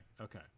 Okay